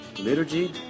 liturgy